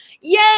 Yay